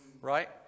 Right